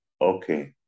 okay